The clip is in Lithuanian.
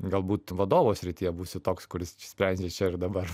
galbūt vadovo srityje būsiu toks kuris čia sprendžia čia ir dabar